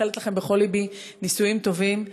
אני מאחלת לכם בכל לבי נישואים טובים.